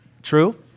True